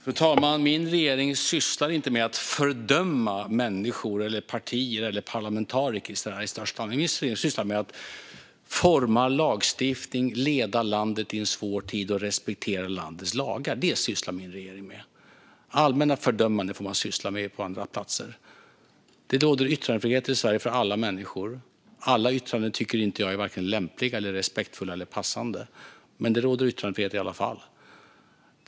Fru talman! Min regering sysslar inte med att fördöma människor, partier eller parlamentariker. Min regering sysslar med att forma lagstiftning, leda landet i en svår tid och respektera landets lagar. Allmänna fördömanden får man syssla med på andra platser. I Sverige råder yttrandefrihet för alla människor. Jag tycker inte att alla yttranden är vare sig lämpliga, respektfulla eller passande. Men det råder yttrandefrihet i alla fall.